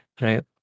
right